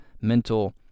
mental